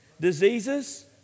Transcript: diseases